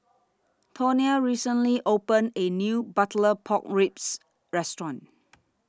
Tonia recently opened A New Butter Pork Ribs Restaurant